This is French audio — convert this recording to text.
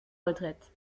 retraite